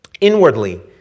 Inwardly